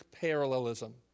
parallelism